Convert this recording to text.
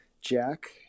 Jack